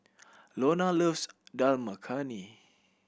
loves Dal Makhani